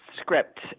script